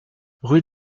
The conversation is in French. rue